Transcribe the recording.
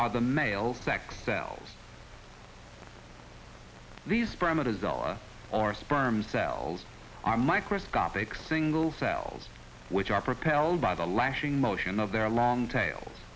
are the male sex sells these parameters allah or sperm cells are microscopic single cells which are propelled by the lashing motion of their long tails